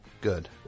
Good